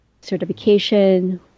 certification